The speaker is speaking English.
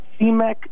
CMEC